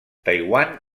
taiwan